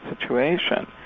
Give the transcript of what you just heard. situation